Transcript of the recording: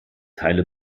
teile